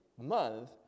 month